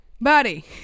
buddy